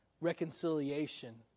reconciliation